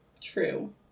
True